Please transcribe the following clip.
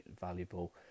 valuable